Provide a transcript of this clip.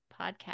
podcast